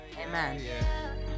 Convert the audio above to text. Amen